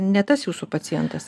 ne tas jūsų pacientas